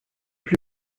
plus